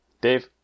Dave